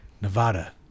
Nevada